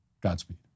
Godspeed